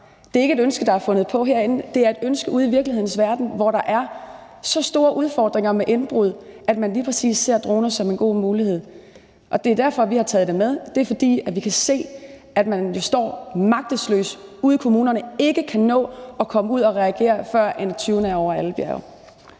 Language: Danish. Det er ikke et ønske, der er fundet på herinde – det er et ønske ude i virkelighedens verden, hvor der er så store udfordringer med indbrud, at man ser lige præcis droner som en god mulighed. Det er derfor, vi har taget det med – fordi vi kan se, at man jo står magtesløst ude i kommunerne og ikke kan nå at reagere, før tyvene er over alle bjerge.